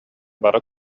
бары